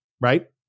right